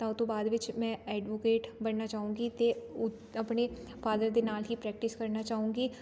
ਤਾਂ ਉਹ ਤੋਂ ਬਾਅਦ ਵਿੱਚ ਮੈਂ ਐਡਵੋਕੇਟ ਬਣਨਾ ਚਾਹੂੰਗੀ ਅਤੇ ਉ ਆਪਣੇ ਫਾਦਰ ਦੇ ਨਾਲ ਹੀ ਪ੍ਰੈਕਟਿਸ ਕਰਨਾ ਚਾਹੂੰਗੀ